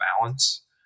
balance